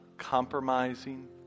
compromising